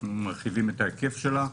אנחנו מרחיבים את ההיקף שלה.